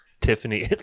Tiffany